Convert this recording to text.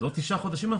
זה עוד תשעה חודשים,